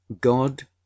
God